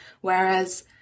Whereas